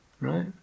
right